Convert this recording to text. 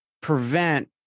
prevent